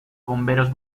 bomberos